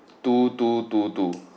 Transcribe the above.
two two two two